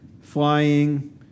flying